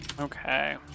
Okay